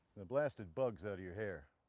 the blasted bugs out of your hair.